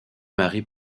marie